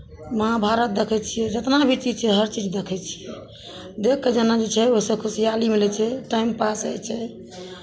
महाभारत देखै छियै जितना भी चीज छै हर चीज देखै छियै देखि कऽ जेना जे छै ओहिसँ खुशहाली मिलै छै टाइम पास होइ छै